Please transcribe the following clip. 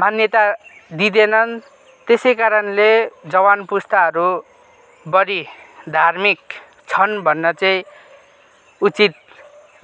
मान्यता दिँदैनन् त्यसै कारणले जवान पुस्ताहरू बढी धार्मिक छन् भन्न चाहिँ उचित